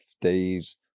days